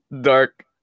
dark